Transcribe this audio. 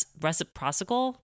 reciprocal